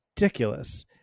ridiculous